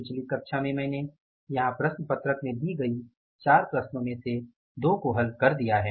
पिछली कक्षा में मैंने यहाँ प्रश्न पत्रक में दी गई 4 प्रश्नों में से 2 को हल कर दिया है